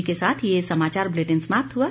इसी के साथ ये समाचार बुलेटिन समाप्त हुआ